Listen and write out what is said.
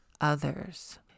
others